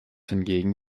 hingegen